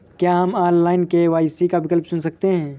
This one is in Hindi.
क्या हम ऑनलाइन के.वाई.सी का विकल्प चुन सकते हैं?